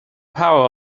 power